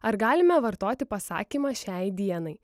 ar galime vartoti pasakymą šiai dienai